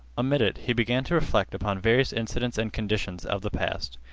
amid it he began to reflect upon various incidents and conditions of the past.